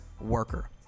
worker